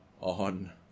on